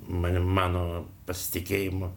man mano pasitikėjimo